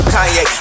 Kanye